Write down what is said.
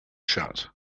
shut